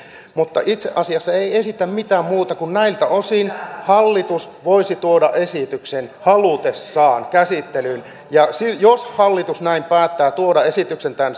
mutta itse asiassa ei esitä mitään muuta kuin että näiltä osin hallitus voisi tuoda esityksen halutessaan käsittelyyn jos hallitus näin päättää tuoda esityksen tämän